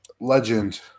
legend